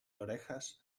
orejas